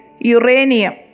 Uranium